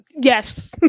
Yes